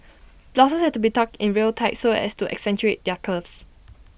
blouses had to be tucked in real tight so as to accentuate their curves